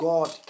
God